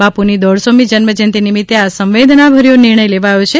બાપુની દોઢસોમી જન્મ જયંતિ નિમિત્તે આ સંવેદનાભર્યો નિર્ણય લેવાયો છે